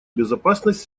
безопасность